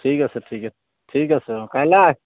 ঠিক আছে ঠিকে ঠিক আছে অঁ কাইলৈ আগ